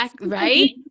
Right